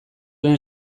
den